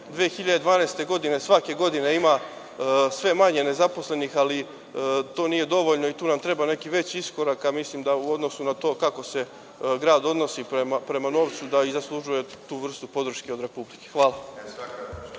2012. godine svake godine ima sve manje nezaposlenih, ali to nije dovoljno i tu nam treba neki veći iskorak, a mislim da u odnosu na to kako se grad odnosi prema novcu, da i zaslužuje tu vrstu podrške od Republike. Hvala.